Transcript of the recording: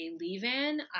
leave-in